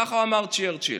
כך אמר צ'רצ'יל.